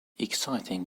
exciting